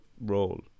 role